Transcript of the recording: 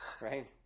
Right